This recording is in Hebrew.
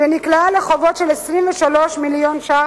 שנקלע לחובות של 23 מיליון שקלים,